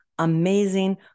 amazing